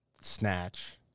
snatch